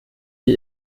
wir